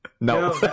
No